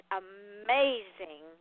amazing